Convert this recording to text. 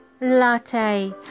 latte